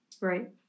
Right